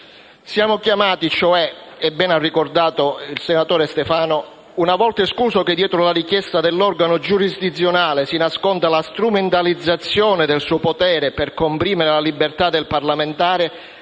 Siamo chiamati, cioè - e bene lo ha ricordato il senatore Stefano - una volta escluso che dietro la richiesta dell'organo giurisdizionale si nasconda la strumentalizzazione del suo potere per comprimere la liberta del parlamentare,